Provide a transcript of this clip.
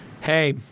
Hey